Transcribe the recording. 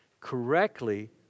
correctly